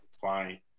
fine